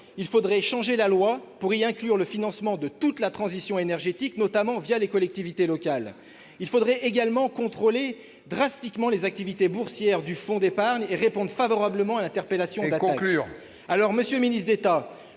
Il faudrait changer la loi pour inclure dans le dispositif le financement de toute la transition énergétique, notamment les collectivités locales. Il faudrait également contrôler drastiquement les activités boursières du fonds d'épargne et répondre favorablement à l'interpellation d'ATTAC. Et conclure ! Monsieur le ministre d'État,